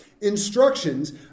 instructions